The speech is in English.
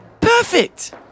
Perfect